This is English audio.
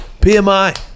PMI